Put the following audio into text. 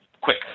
quick